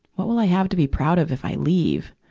what will i have to be proud of if i leave?